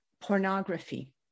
pornography